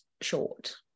short